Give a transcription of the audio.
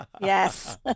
Yes